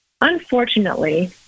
Unfortunately